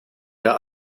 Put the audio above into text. der